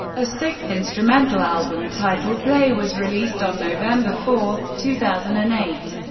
a sixth instrumental album, titled play, was released on november four, two thousand and eight.